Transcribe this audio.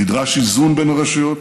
נדרש איזון בין הרשויות,